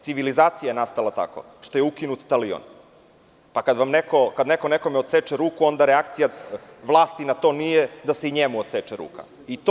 Civilizacija je nastala tako što je ukinut talion, pa kad neko nekome odseče ruku, onda reakcija vlasti na to nije da se i njemu odseče ruka.